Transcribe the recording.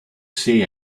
say